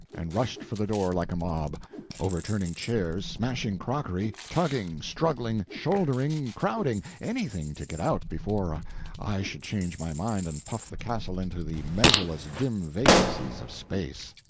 and rushed for the door like a mob overturning chairs, smashing crockery, tugging, struggling, shouldering, crowding anything to get out before i should change my mind and puff the castle into the measureless dim vacancies of space.